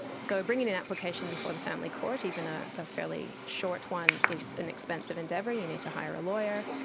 so bringing an application before the family court, even a ah fairly fairly short one, is an expensive endeavour, you need to hire a lawyer.